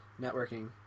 networking